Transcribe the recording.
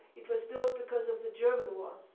it was built because of the german war.